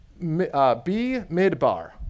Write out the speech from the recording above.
B-Midbar